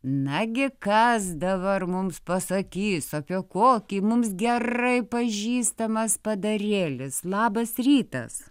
nagi kas dabar mums pasakys apie kokį mums gerai pažįstamas padarėlis labas rytas